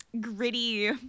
gritty